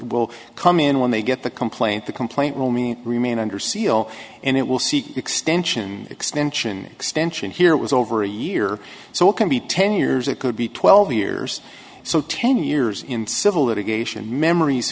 will come in when they get the complaint the complaint will mean remain under seal and it will seek extension extension extension here was over a year so it can be ten years it could be twelve years so ten years in civil litigation memories